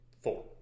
Four